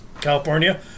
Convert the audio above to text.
California